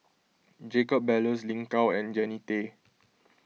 Jacob Ballas Lin Gao and Jannie Tay